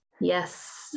Yes